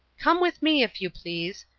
come with me, if you please.